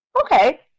okay